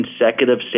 consecutive